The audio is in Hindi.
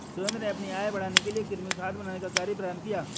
सुरेंद्र ने अपनी आय बढ़ाने के लिए कृमि खाद बनाने का कार्य प्रारंभ किया